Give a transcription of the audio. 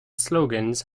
slogans